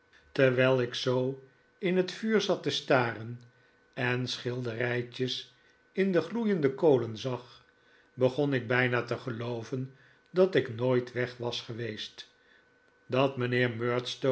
tyerwijl ik zoo in het vuur zat te staren en schilderijtjes in de gloeiende kolen zag begon ik bijna te gelooven dat ik nooit weg was geweest dat mijnheer